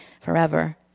forever